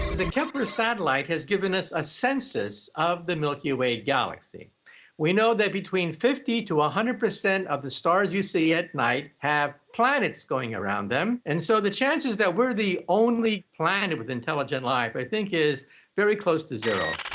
and satellite has given us a census of the milky way galaxy we know that between fifty to a hundred percent of the stars you see at night have planets going around them and so the chances that we're the only planet with intelligent life. i think is very close to zero